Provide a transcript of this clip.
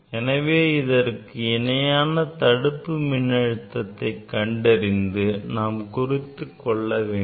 எனவே இதற்கு இணையான தடுப்பு மின்னழுத்தத்தை கண்டறிந்து நாம் குறித்துக்கொள்ள வேண்டும்